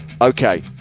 Okay